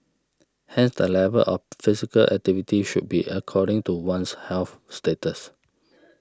hence the level of physical activity should be according to one's health status